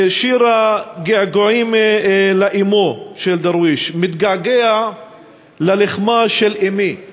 שיר הגעגועים לאמו של דרוויש: מתגעגע ללחמה של אמי /